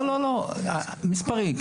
מספרים.